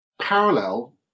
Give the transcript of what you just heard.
parallel